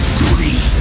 three